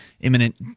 imminent